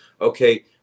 Okay